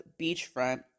beachfront